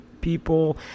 people